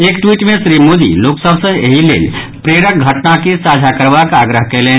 एक ट्वीट मे श्री मोदी लोक सभ सॅ एहि लेल प्रेरक घटना के साझा करबाक आग्रह कयलनि